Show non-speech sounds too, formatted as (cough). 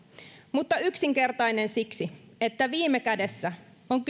mutta yksinkertainen siksi että viime kädessä kyse on (unintelligible)